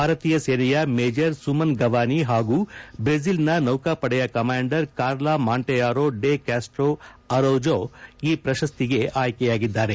ಭಾರತೀಯ ಸೇನೆಯ ಮೇಜರ್ ಸುಮನ್ ಗವಾನಿ ಹಾಗೂ ಜ್ರೆಜಿಲ್ನ ನೌಕಾಪಡೆಯ ಕಮ್ನಾಂಡರ್ ಕಾರ್ಲಾ ಮೋಂಟೇಯಾರೋ ಡೆ ಕ್ಲಾಸ್ನೋ ಅರೌಜೋ ಈ ಪ್ರಶಸ್ತಿಗೆ ಆಯ್ಲೆಯಾಗಿದ್ದಾರೆ